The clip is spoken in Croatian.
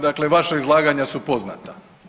Dakle, vaša izlaganja su poznata.